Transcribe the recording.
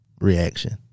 reaction